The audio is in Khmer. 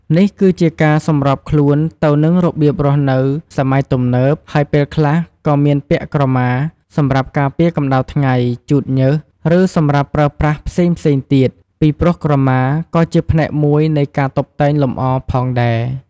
នេះគឺជាការសម្របខ្លួនទៅនឹងរបៀបរស់នៅសម័យទំនើប ហើយពេលខ្លះក៏មានពាក់ ក្រមា សម្រាប់ការពារកម្ដៅថ្ងៃ ជូតញើស ឬសម្រាប់ប្រើប្រាស់ផ្សេងៗទៀត ពីព្រោះក្រមាក៏ជាផ្នែកមួយនៃការតុបតែងលម្អផងដែរ។